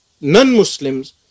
non-Muslims